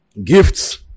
Gifts